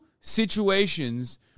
situations